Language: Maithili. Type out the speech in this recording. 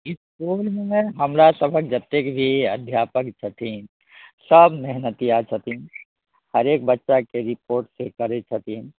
इसकुलमे हमरा सबके जतेक भी अध्यापक छथिन सब मेहनतिआ छथिन हरेक बच्चाके रिपोर्ट करै छथिन